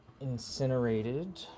incinerated